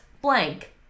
blank